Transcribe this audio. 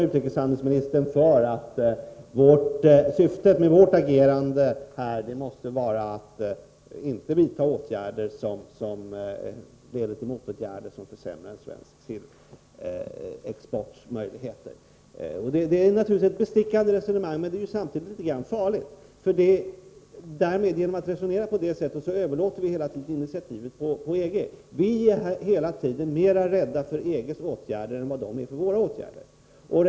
Utrikeshandelsministern säger att syftet med vårt agerande i detta avseende måste vara att inte vidta åtgärder som leder till motåtgärder. Det skulle bara minska möjligheterna för svensk sillexport. Det är naturligtvis ett bestickande resonemang. Men samtidigt är det ganska farligt att resonera på det sättet. Därmed låter vi EG alltid ta initiativ. Vi är mera rädda för EG:s åtgärder än vad EG-länderna är för våra.